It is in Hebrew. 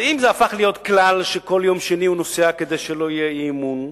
אם זה הפך להיות כלל שכל יום שני הוא נוסע כדי שלא יהיה אי-אמון,